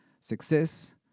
success